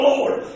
Lord